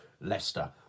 Leicester